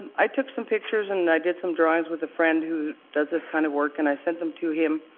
i took some pictures and i did some drawings with a friend who does this kind of work, and i sent them to him.